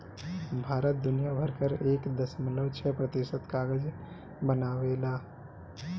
भारत दुनिया भर कअ एक दशमलव छह प्रतिशत कागज बनावेला